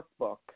workbook